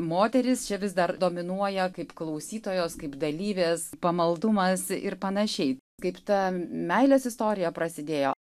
moterys čia vis dar dominuoja kaip klausytojos kaip dalyvės pamaldumas ir panašiai kaip ta meilės istorija prasidėjo